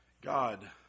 God